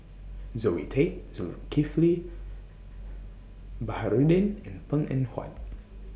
Zoe Tay Zulkifli Baharudin and Png Eng Huat